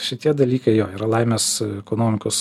šitie dalykai jo yra laimės ekonomikos